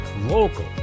local